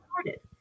started